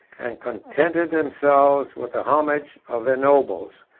and contented themselves with the homage of their nobles,